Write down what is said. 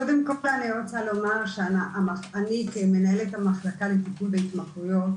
קודם כל אני רוצה לומר שאני כמנהלת המחלקה לטיפול בהתמכרויות